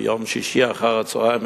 ביום שישי אחר-הצהריים,